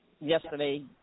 yesterday